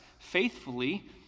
faithfully